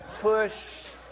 push